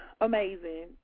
amazing